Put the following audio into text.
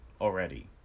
already